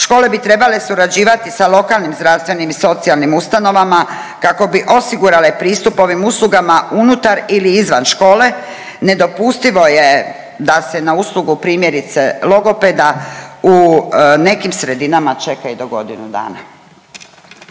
škole bi trebale surađivati sa lokalnim zdravstvenim i socijalnim ustanovama kako bi osigurale pristup ovim uslugama unutar ili izvan škole. Nedopustivo je da se na uslugu, primjerice, logopeda u nekim sredinama čeka i do godinu dana.